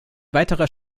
weiterer